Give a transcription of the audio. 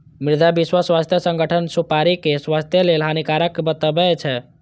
मुदा विश्व स्वास्थ्य संगठन सुपारी कें स्वास्थ्य लेल हानिकारक बतबै छै